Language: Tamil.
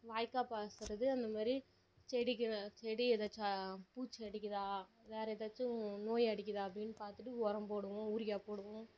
வாய்க்கால் பாச்சுறது அந்த மாதிரி செடிக்கு நான் செடி ஏதாச்சும் பூச்சி அடிக்கிறதா வேறு ஏதாச்சும் நோய் அடிக்கிறதா அப்படின்னு பார்த்துட்டு உரம் போடுவோம் யூரியா போடுவோம்